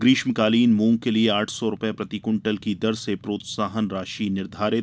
ग्रीष्मकालीन मूंग के लिए आठ सौ रूपये प्रति क्विंटल की दर से प्रोत्साहन राशि निर्घारित